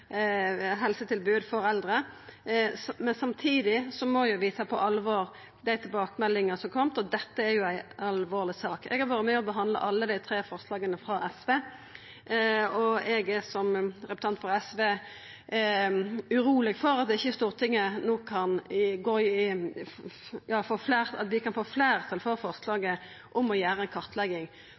helsetilbod til eldre, men samtidig må vi ta på alvor dei tilbakemeldingane som er komne. Dette er ei alvorleg sak. Eg har vore med og behandla alle dei tre forslaga frå SV, og eg er, som representanten frå SV, uroleg for at vi i Stortinget ikkje no kan få fleirtal for forslaga om å gjera ei kartlegging. Vi